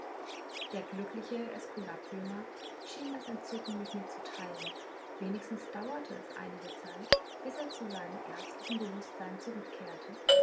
der glückliche äskulapjünger schien das entzücken mit mir zu teilen wenigstens dauerte es einige zeit bis er zu seinem ärztlichen bewußtsein zurückkehrte